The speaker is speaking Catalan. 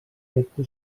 objecte